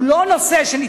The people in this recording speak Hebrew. הוא לא נושא של,